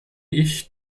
ich